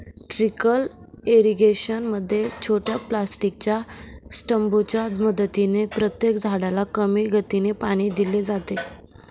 trickle irrigation मध्ये छोट्या प्लास्टिकच्या ट्यूबांच्या मदतीने प्रत्येक झाडाला कमी गतीने पाणी दिले जाते